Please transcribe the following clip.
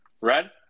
Red